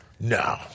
No